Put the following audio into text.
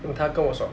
then 他跟我说